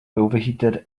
overheated